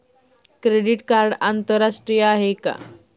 Credit card आंतरराष्ट्रीय आहे का?